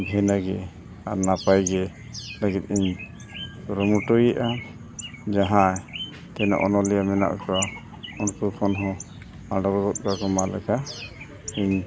ᱵᱷᱤᱱᱟᱹᱜᱮ ᱟᱨ ᱱᱟᱯᱟᱭᱜᱮ ᱞᱟᱹᱜᱤᱫ ᱤᱧ ᱠᱩᱨᱩᱢᱩᱴᱩᱭᱮᱫᱼᱟ ᱡᱟᱦᱟᱸ ᱛᱤᱱᱟᱹᱜ ᱚᱱᱚᱞᱤᱭᱟᱹ ᱢᱮᱱᱟᱜ ᱠᱚᱣᱟ ᱩᱱᱠᱩ ᱠᱷᱚᱱ ᱦᱚᱸ ᱤᱧ